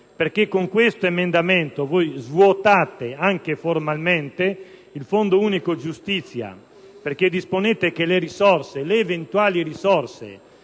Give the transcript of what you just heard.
perché con questo emendamento voi svuotate, anche formalmente, il Fondo unico per la giustizia, perché disponete che le eventuali risorse,